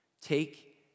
Take